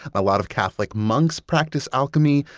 a lot of catholic monks practiced alchemy.